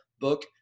book